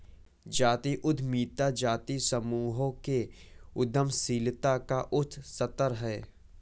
जातीय उद्यमिता जातीय समूहों के उद्यमशीलता का उच्च स्तर है